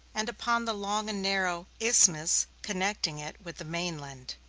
and upon the long and narrow isthmus connecting it with the main land,